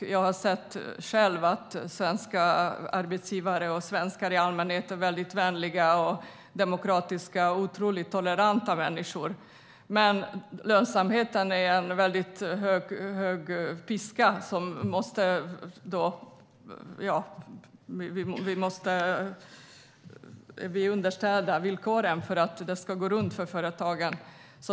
Jag har själv sett att svenska arbetsgivare och svenskar i allmänhet är väldigt vänliga, demokratiska och otroligt toleranta människor. Men lönsamheten är en väldigt stark piska, och vi måste underställa oss villkoren för att det ska gå runt för företagen.